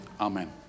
Amen